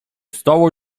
stało